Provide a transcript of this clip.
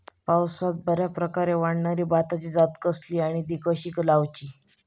पावसात बऱ्याप्रकारे वाढणारी भाताची जात कसली आणि ती कशी लाऊची?